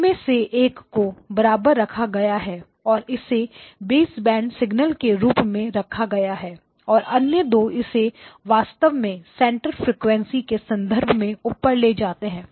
उनमें से एक को बरकरार रखा गया है और इसे बेसबैंड सिग्नल के रूप में रखा गया है और अन्य दो इसे वास्तव में सेंटर फ्रीक्वेंसी के संदर्भ में ऊपर ले गए हैं